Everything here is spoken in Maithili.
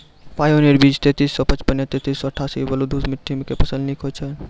पायोनियर बीज तेंतीस सौ पचपन या तेंतीस सौ अट्ठासी बलधुस मिट्टी मे फसल निक होई छै?